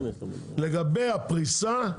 לגבי הפריסה,